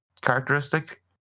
characteristic